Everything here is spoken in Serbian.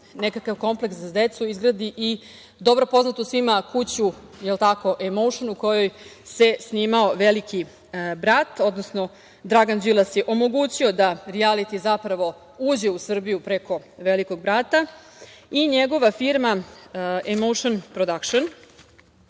nekakav kompleks za decu, izgradi i dobro poznatu svima kuću „Emoušn“, u kojoj se snimao „Veliki brat“, odnosno Dragan Đilas je omogućio da rijaliti uđe u Srbiju preko „Velikog brata“. Njegova firma „Emoušn prodakšn“